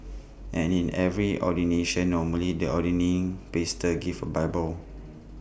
and in every ordination normally the ordaining pastor gives A bible